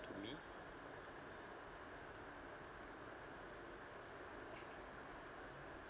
to me